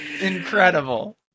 Incredible